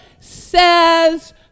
says